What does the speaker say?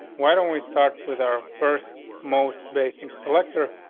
why don't we start with our first most basing selector,